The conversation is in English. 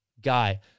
guy